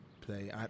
play